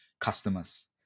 customers